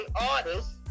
artists